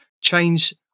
change